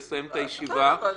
להצביע אפילו.